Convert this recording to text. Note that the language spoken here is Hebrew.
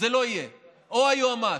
או היועמ"ש.